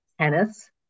tennis